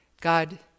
God